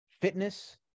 fitness